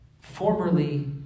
Formerly